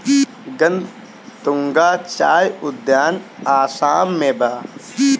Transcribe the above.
गतूंगा चाय उद्यान आसाम में बा